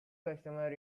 customers